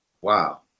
Wow